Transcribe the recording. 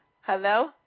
Hello